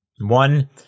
One